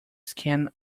scan